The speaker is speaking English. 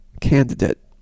candidate